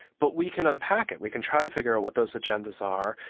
but we can unpack it, we can try to figure out what those agendas are,